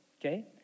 okay